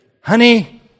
Honey